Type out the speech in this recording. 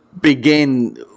begin